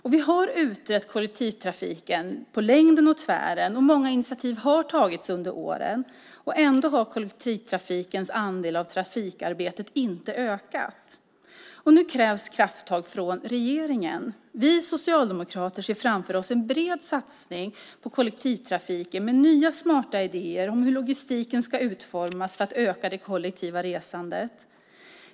Vi har utrett kollektivtrafiken på längden och tvären, och många initiativ har tagits under åren. Ändå har kollektivtrafikens andel av trafikarbetet inte ökat. Nu krävs det krafttag från regeringen. Vi socialdemokrater ser framför oss en bred satsning på kollektivtrafiken med nya smarta idéer om hur logistiken ska utformas för att öka det kollektiva resandet.